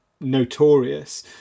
notorious